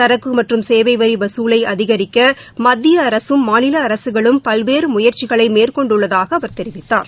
சரக்கு மற்றும் சேவை வரி வசூலை அதிகரிக்க மத்திய அரசும் மாநில அரசுகளும் பல்வேறு முயற்சிகளை மேற்கொண்டுள்ளதாக அவர் தெரிவித்தார்